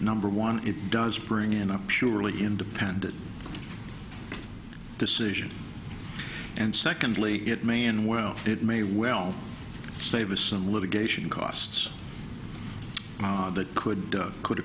number one it does bring in up surely independent decision and secondly it may in well it may well save us some litigation costs that could could